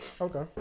okay